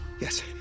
Yes